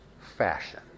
fashion